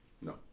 No